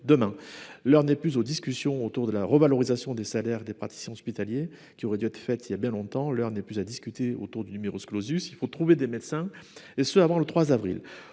Demain, l'heure n'est plus aux discussions autour de la revalorisation des salaires des praticiens hospitaliers qui aurait dû être fait il y a bien longtemps, l'heure n'est plus à discuter autour du numerus clausus, il faut trouver des médecins et ce avant le 3 avril.